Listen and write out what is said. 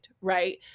right